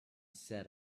said